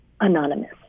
Anonymous